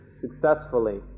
successfully